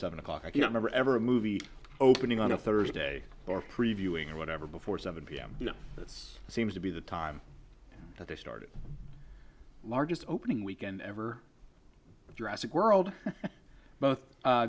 seven o'clock i can remember every movie opening on a thursday or previewing or whatever before seven p m you know this seems to be the time that they started largest opening weekend ever drastic world both u